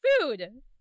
food